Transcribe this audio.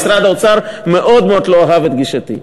משרד האוצר מאוד לא אהב את גישתי,